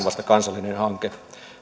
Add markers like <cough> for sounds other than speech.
<unintelligible> vasta kansallinen hanke